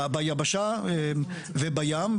ביבשה ובים.